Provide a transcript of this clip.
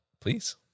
Please